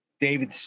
David